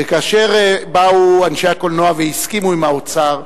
וכאשר באו אנשי הקולנוע והסכימו עם האוצר,